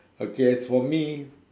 okay as for me